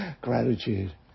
gratitude